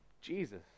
Jesus